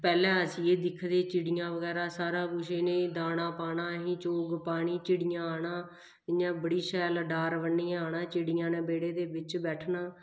पैह्लें असींं एह् दिखदे हे चिड़ियां बगैरा सारा कुछ इ'नेंगी दाना पाना इनेंगी चोग पानी चिड़ियें आना इ'यां बड़ी शैल डार बन्नियां उ'नें इ'यां बेह्ड़े दे बिच्च बैठना